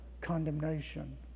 condemnation